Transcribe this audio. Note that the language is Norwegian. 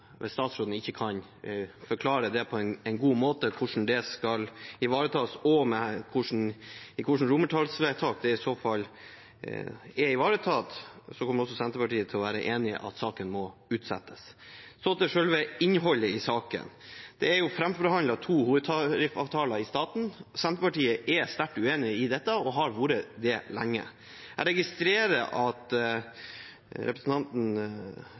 Hvis statsråden ikke kan forklare på en god måte hvordan det kan ivaretas, og hvilke romertallsvedtak som i så fall ivaretar dette, kommer også Senterpartiet til å være enig i at saken må utsettes. Så til selve innholdet i saken: Det er framforhandlet to hovedtariffavtaler i staten, Senterpartiet er sterkt uenig i dette og har vært det lenge. Jeg registrerer at representanten